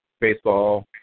baseball